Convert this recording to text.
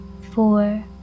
four